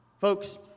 Folks